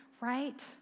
right